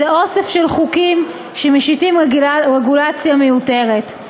זה אוסף של חוקים שמשיתים רגולציה מיותרת.